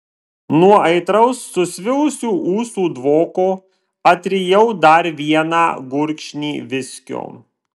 nuo aitraus susvilusių ūsų dvoko atrijau dar vieną gurkšnį viskio